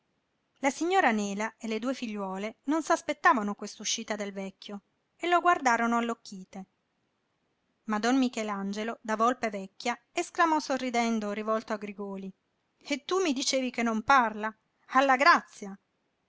la signora nela e le due figliuole non s'aspettavano quest'uscita del vecchio e lo guardarono allocchite ma don michelangelo da volpe vecchia esclamò sorridendo rivolto a grigòli e tu mi dicevi che non parla alla grazia